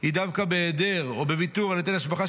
היא דווקא בהיעדר או בוויתור על היטל השבחה,